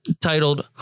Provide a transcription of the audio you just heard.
titled